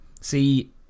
See